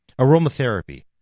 aromatherapy